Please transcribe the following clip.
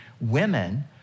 women